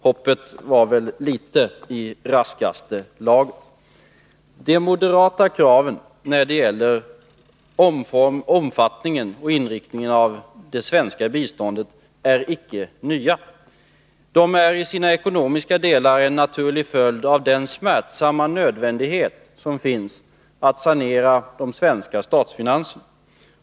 Hoppet var väl i raskaste laget. De moderata kraven när det gäller omfattningen och inriktningen av det svenska biståndet är icke nya. De är i sina ekonomiska delar en naturlig följd av den smärtsamma nödvändigheten av att sanera de svenska statsfinanserna.